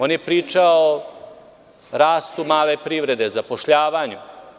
On je pričao o rastu male privrede, o zapošljavanju.